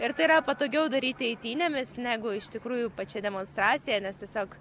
ir tai yra patogiau daryti eitynėmis negu iš tikrųjų pačia demonstracija nes tiesiog